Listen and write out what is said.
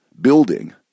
building